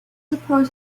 approach